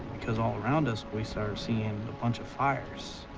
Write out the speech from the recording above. because all around us we started seeing a bunch of fires.